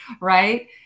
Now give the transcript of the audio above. right